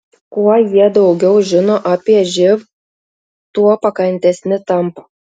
kuo jie daugiau žino apie živ tuo pakantesni tampa